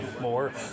more